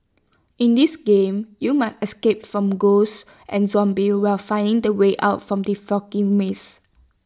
in this game you must escape from ghosts and zombies while finding the way out from the foggy maze